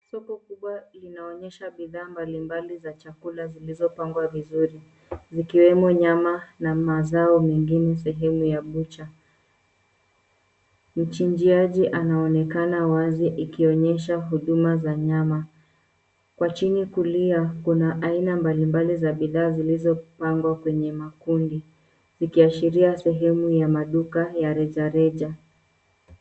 Soko kubwa linaonyesha bidhaa mbalimbali za chakula zilizopangwa vizuri. Zikiwemo nyama na mazao mengine sehemu ya bucha. Mchinjiaji anaonekana wazi ikionyesha huduma za nyama. Kwa chini kulia, kuna aina mbalimbali za bidhaa zilizopangwa kwenye makundi zikiashiria sehemu ya maduka ya rejareja.